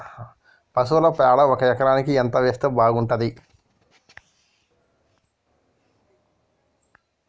పశువుల పేడ ఒక ఎకరానికి ఎంత వేస్తే బాగుంటది?